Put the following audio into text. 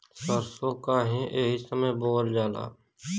सरसो काहे एही समय बोवल जाला?